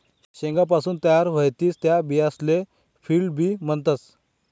शेंगासपासून तयार व्हतीस त्या बियासले फील्ड बी म्हणतस